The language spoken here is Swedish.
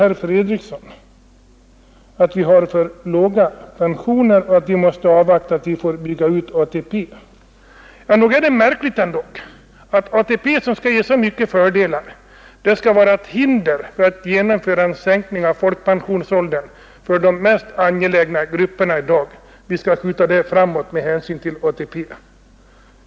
Herr Fredriksson sade också att vi har för låga pensioner och att vi måste avvakta att vi får bygga ut ATP. Ja, nog är det märkligt ändå att ATP, som sägs ge så mycket fördelar, skall vara ett hinder för att genomföra en sänkning av pensionsåldern för de grupper där detta är mest angeläget i dag — att vi skall skjuta denna sänkning framåt med hänsyn till ATP.